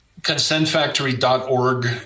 Consentfactory.org